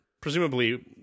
Presumably